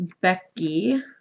Becky